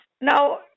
Now